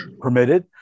permitted